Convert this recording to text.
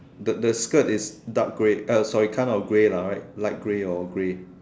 the the skirt is dark grey uh sorry kind of grey lah right light grey or grey